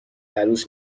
عروس